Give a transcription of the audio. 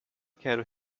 quero